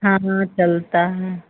हाँ हाँ चलता है